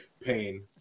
Pain